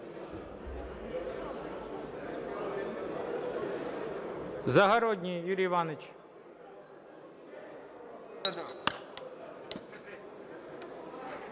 Загородній Юрій Іванович.